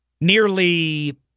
Nearly